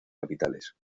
capitales